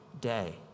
day